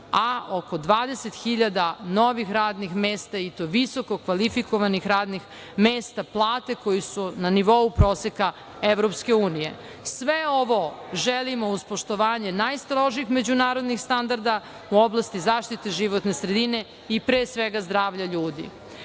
a oko 20.000 novih radnih mesta i to visokokvalifikovanih radnih mesta, plate koje su na nivou proseka EU. Sve ovo želimo uz poštovanje najstrožih međunarodnih standarda u oblasti zaštite životne sredine i pre svega zdravlja ljudi. Kada